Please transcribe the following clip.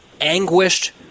anguished